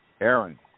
Aaron